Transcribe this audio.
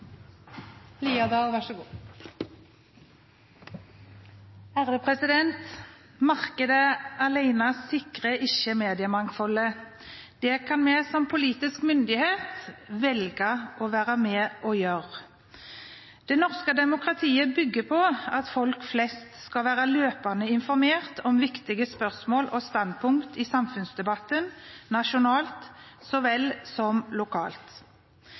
Markedet alene sikrer ikke mediemangfoldet, det kan vi som politisk myndighet velge å være med på å gjøre. Det norske demokratiet bygger på at folk flest skal være løpende informert om viktige spørsmål og standpunkt i samfunnsdebatten – nasjonalt, så vel som lokalt.